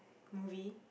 movie